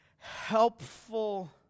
helpful